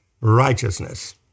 righteousness